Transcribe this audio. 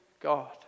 God